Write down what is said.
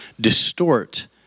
distort